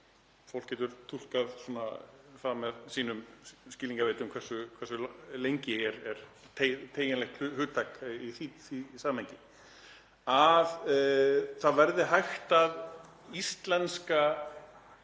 fólk getur túlkað það með sínum skilningi, lengi er teygjanlegt hugtak í því samhengi, að það verði hægt að íslenska